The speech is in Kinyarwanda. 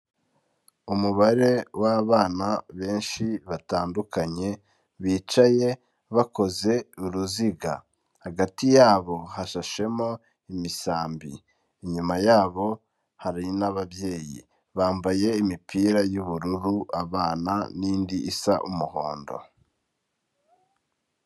Umubare w'abana benshi batandukanye bicaye bakoze uruziga, hagati yabo hashashemo imisambi, inyuma yabo hari n'ababyeyi bambaye imipira y'ubururu abana n'indi isa umuhondo.